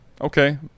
Okay